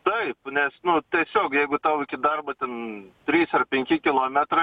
taip nes nu tiesiog jeigu tau iki darbo ten trys ar penki kilometrai